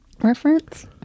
reference